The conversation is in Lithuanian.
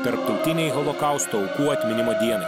tarptautinei holokausto aukų atminimo dienai